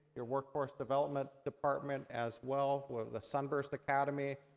your workforce development department, as well, with the sunburst academy.